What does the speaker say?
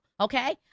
Okay